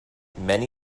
many